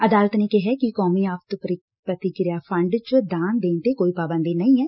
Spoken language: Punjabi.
ਅਦਾਲਤ ਨੇ ਕਿਹੈ ਕਿ ਕੌਮੀ ਆਫ਼ਤ ਪ੍ਰਤੀਕਿਰਿਆ ਫੰਡ ਚ ਦਾਨ ਦੇਣ ਤੇ ਕੋਈ ਪਾਬੰਦੀ ਨਹੀ ਐ